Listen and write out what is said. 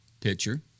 pitcher